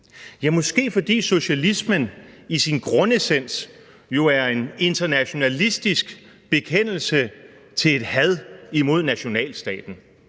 er måske, fordi socialismen i sin essens jo er en internationalistisk bekendelse til et had imod nationalstaten.